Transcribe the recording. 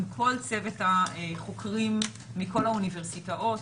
עם כל צוות החוקרים מכל האוניברסיטאות,